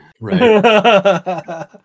Right